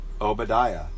Obadiah